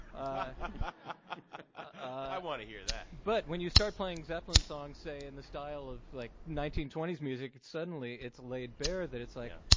i want to hear that. but when you start playing zeppelin songs say in the style of like nineteen twenty s music, suddenly it's laid bare that it's like,